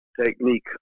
technique